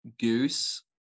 Goose